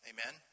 Amen